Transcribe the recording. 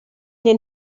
den